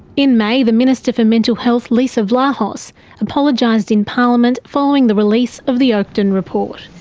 in may, the minister for mental health leesa vlahos apologised in parliament following the release of the oakden report.